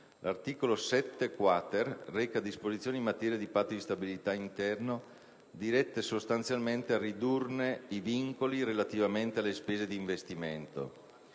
L'articolo 7-*quater* reca disposizioni in materia di Patto di stabilità interno dirette sostanzialmente a ridurne i vincoli relativamente alle spese di investimento.